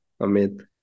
Amit